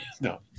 No